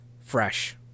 fresh